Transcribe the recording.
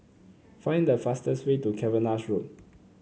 find the fastest way to Cavenagh Road